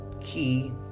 key